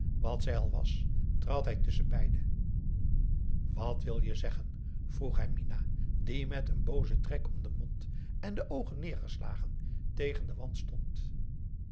wat zij al was trad hij tusschenbeiden wat wil je zeggen vroeg hij minah die met een boozen trek om den mond en de oogen neergeslagen tegen den wand stond